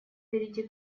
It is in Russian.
перейти